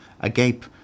agape